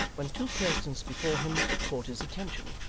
when two persons before him caught his attention.